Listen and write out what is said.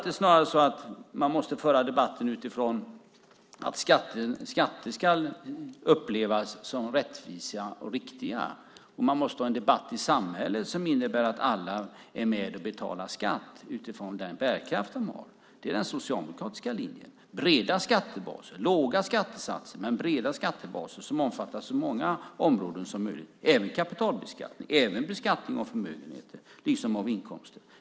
Det är snarare så att man måste föra debatten utifrån att skatter ska upplevas som rättvisa och riktiga. Man måste ha en debatt i samhället som innebär att alla är med och betalar skatt utifrån den bärkraft de har. Den socialdemokratiska linjen är låga skattesatser men breda skattebaser som omfattar så många områden som möjligt och även kapitalbeskattning och beskattning av förmögenheter liksom av inkomster.